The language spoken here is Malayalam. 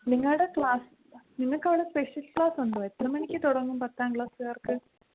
നിങ്ങളുടെ ക്ലാസ് നിങ്ങൾക്ക് അവിടെ സ്പെഷ്യല് ക്ലാസ് ഉണ്ടോ എത്ര മണിക്ക് തുടങ്ങും പത്താം ക്ലാസുകാര്ക്ക്